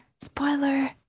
spoiler